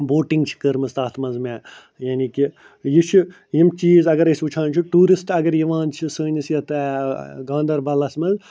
boating چھِ کٔرمٕژ تَتھ منٛز مےٚ یعنی کہ یہِ چھُ یِم چیٖز اَگر أسۍ وُچھان چھِ ٹوٗرِسٹ اگر یِوان چھِ سٲنِس یَتھ گاندَربَلَس منٛز